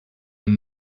and